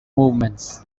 movements